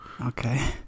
Okay